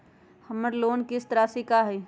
हमर लोन किस्त राशि का हई?